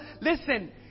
Listen